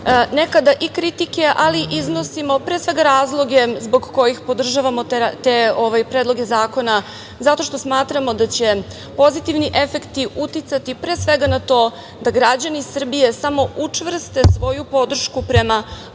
nekada i kritike, ali iznosimo pre svega razloge zbog kojih podržavamo te predloge zakona, zato što smatramo da će pozitivni efekti uticati, pre svega, na to da građani Srbije samo učvrste svoju podršku prema